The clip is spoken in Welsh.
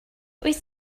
wyt